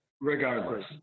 regardless